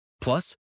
Plus